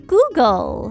Google